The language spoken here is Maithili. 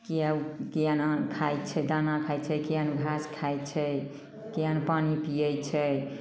किएक किएक नहि अन्न खाइ छै दाना खाइ छै किएक नहि घास खाइ छै किएक नहि पानि पीयै छै